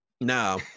No